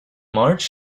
march